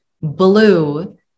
Blue